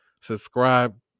subscribe